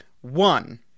One